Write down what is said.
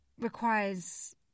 requires